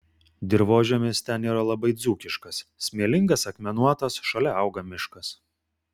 dirvožemis ten yra labai dzūkiškas smėlingas akmenuotas šalia auga miškas